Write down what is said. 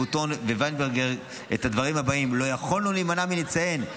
קוטון ווינברגר את הדברים הבאים: "לא יכולנו להימנע מלציין,